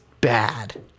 bad